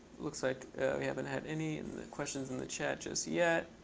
looks like you haven't had any questions in the chat just yet.